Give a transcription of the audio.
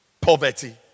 Poverty